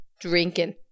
drinking